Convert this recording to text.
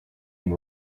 and